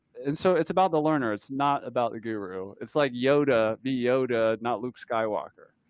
and so it's about the learner. it's not about the guru, it's like yoda, the yoda, not luke skywalker,